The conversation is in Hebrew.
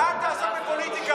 אל תעסוק בפוליטיקה.